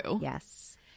Yes